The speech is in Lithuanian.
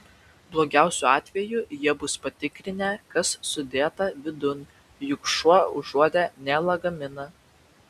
blogiausiu atveju jie bus patikrinę kas sudėta vidun juk šuo užuodė ne lagaminą